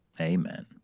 Amen